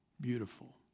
beautiful